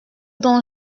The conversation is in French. dont